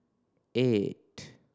eight